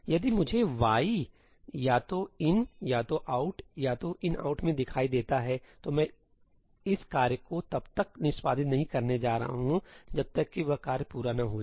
यदि मुझे 'y या तो'in' या तो'out' या तो'inout मे दिखाई देता है तो मैं इस कार्य को तब तक निष्पादित नहीं करने जा रहा हूं जब तक कि वह कार्य पूरा न हो जाए